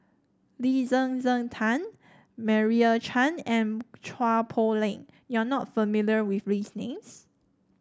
Lee Zhen Zhen Jane Meira Chand and Chua Poh Leng you are not familiar with these names